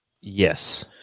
Yes